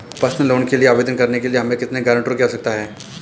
Personal loan के लिए आवेदन करने के लिए हमें कितने गारंटरों की आवश्यकता है?